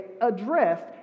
addressed